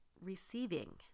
receiving